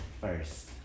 first